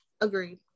agreed